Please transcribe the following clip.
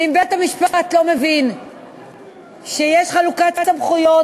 ואם בית-המשפט לא מבין שיש חלוקת סמכויות